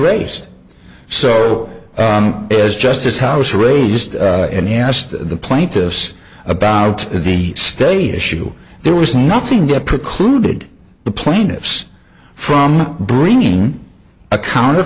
race so as justice house raised and he asked the plaintiffs about the state issue there was nothing that precluded the plaintiffs from bringing a counter